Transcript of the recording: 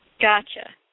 Gotcha